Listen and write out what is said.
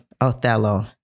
Othello